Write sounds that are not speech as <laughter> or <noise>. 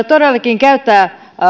<unintelligible> todellakin käyttää